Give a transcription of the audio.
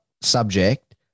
subject